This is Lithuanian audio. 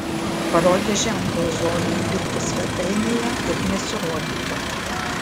parodė ženklą zojai likti svetainėje ir nesirodyti